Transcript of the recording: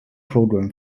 program